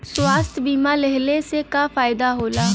स्वास्थ्य बीमा लेहले से का फायदा होला?